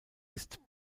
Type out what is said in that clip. ist